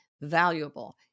valuable